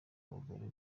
abagore